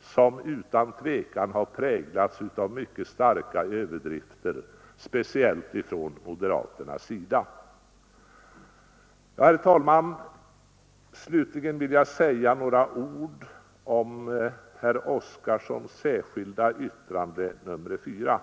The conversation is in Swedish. som utan tvivel har präglats av mycket starka överdrifter, speciellt från moderaternas sida. Herr talman! Slutligen vill jag säga några ord om herr Oskarsons särskilda yttrande nr 4.